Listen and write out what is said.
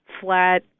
flat